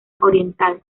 oriental